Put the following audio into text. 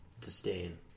disdain